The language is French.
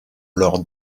lors